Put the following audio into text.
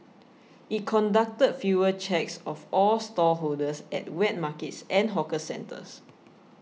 it conducted fever checks of all stallholders at wet markets and hawker centres